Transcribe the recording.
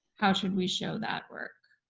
how should we show that work?